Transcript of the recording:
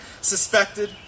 suspected